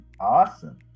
Awesome